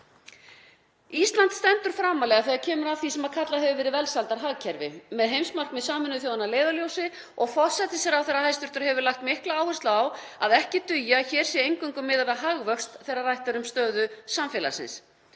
Ísland stendur framarlega þegar kemur að því sem kallað hefur verið velsældarhagkerfi með heimsmarkmið Sameinuðu þjóðanna að leiðarljósi og hæstv. forsætisráðherra hefur lagt mikla áherslu á að ekki dugi að hér sé eingöngu miðað við hagvöxt þegar rætt er um stöðu samfélagsins.